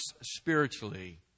spiritually